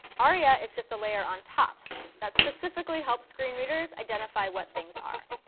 aria is just a layer on top that specifically helps screen readers identify what things are.